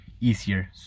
easier